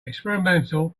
experimental